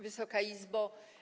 Wysoka Izbo!